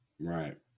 Right